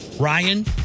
Ryan